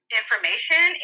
information